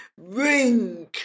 ring